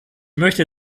möchte